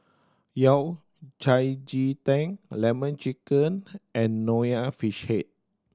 Yao Cai ji ting Lemon Chicken and Nonya Fish Head